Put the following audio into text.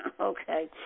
Okay